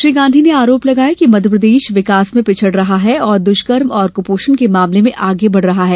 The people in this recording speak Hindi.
श्री गांधी ने आरोप लगाया कि मध्यप्रदेश विकास में पिछड़ रहा है और दुष्कर्म व कुपोषण के मामले में आगे बढ़ रहा है